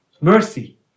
mercy